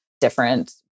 different